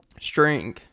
String